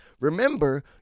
remember